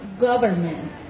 government